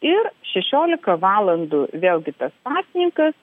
ir šešiolika valandų vėlgi tas pasninkas